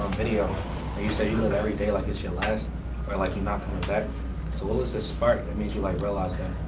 video where you said you live every day like it's your last or like you're not coming back. so what was that spark that made you like realize yeah